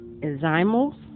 enzymes